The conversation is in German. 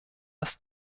das